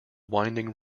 winding